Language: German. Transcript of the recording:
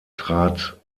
trat